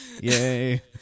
Yay